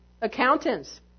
Accountants